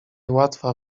łatwa